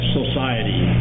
society